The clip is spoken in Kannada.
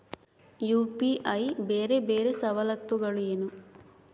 ಯು.ಪಿ.ಐ ಬೇರೆ ಬೇರೆ ಸವಲತ್ತುಗಳೇನು?